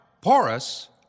porous